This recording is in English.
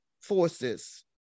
forces